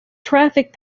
traffic